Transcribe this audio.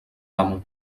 amo